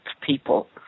people